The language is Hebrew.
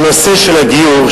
הנושא של הגיור,